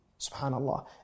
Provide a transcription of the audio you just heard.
SubhanAllah